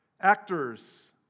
actors